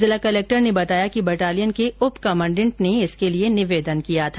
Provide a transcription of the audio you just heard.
जिला कलेक्टर ने बताया कि बटालियन के उप कमांडेंट ने इसके लिए निवेदन किया था